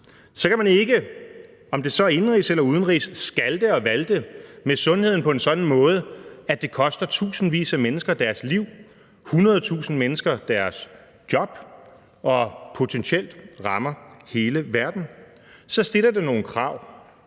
Så kan man ikke, om det så er indenrigs eller udenrigs, skalte og valte med sundheden på en sådan måde, at det koster tusindvis af mennesker deres liv, hundrede tusinde mennesker deres job og potentielt rammer hele verden. Så stiller det nogle krav,